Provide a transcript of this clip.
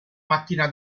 mattina